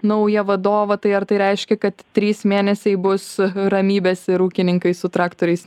naują vadovą tai ar tai reiškia kad trys mėnesiai bus ramybės ir ūkininkai su traktoriais